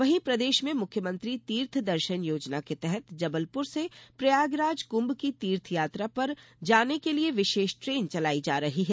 वहीं प्रदेश में मुख्यमंत्री तीर्थ दर्शन योजना के तहत जबलपुर से प्रयागराज कुंभ की तीर्थ यात्रा पर जाने के लिये विशेष ट्रेन चलाई जा रही है